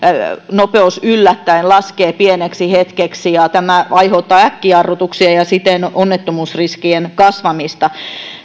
nopeus yllättäen laskee pieneksi hetkeksi ja tämä aiheuttaa äkkijarrutuksia ja siten onnettomuusriskien kasvamista